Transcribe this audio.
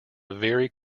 very